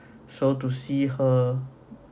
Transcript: so to see her